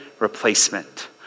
Replacement